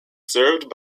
served